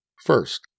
First